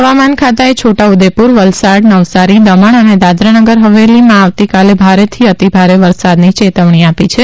હવામાન ખાતાએ છોટા ઉદેપુર વલસાડ નવસારી દમણ અને દાદરાનગર હવેલીમાં આવતીકાલે ભારેથી અતિભારે વરસાદની ચેતવણી આપી છે